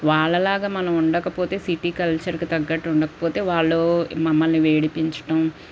వాళ్ళలాగా మనముండకపోతే సిటీ కల్చర్కి తగ్గట్టు ఉండకపోతే వాళ్ళు మమ్మల్ని ఏడిపించటం